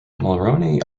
mulroney